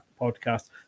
Podcast